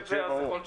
אז זה יהיה ברור.